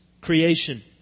creation